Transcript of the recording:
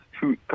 Two